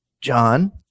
John